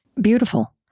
Beautiful